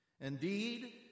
Indeed